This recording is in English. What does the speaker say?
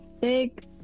big